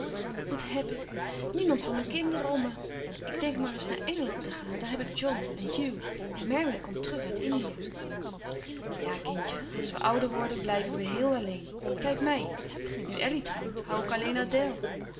wat heb ik niemand van mijn kinderen om me ik denk maar eens naar engeland te gaan daar heb ik john en hugh en mary komt terug uit indië ja kindje als we ouder worden blijven we heel alleen kijk mij nu elly trouwt hoû ik alleen